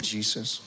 Jesus